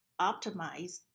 optimize